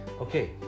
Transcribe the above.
Okay